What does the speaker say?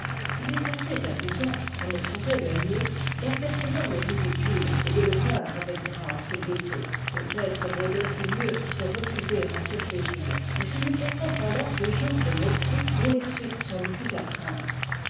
il est assez amusant on ne saurait le nier d'apercevoir le ridicule et de le peindre avec grâce et gaieté peut-être vaudrait i mieux se refuser à ce plaisir mais ce n'est pourtant pas là le genre de moquerie dont les suites sont le plus à craindre